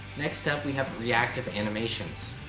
next up we have reactive animations.